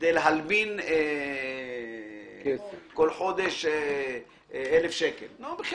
כדי להלבין כל חודש אלף שקל נ ו,